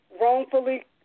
wrongfully